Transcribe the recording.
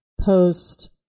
post